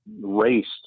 raced